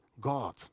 God